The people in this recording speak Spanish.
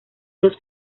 dos